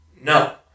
No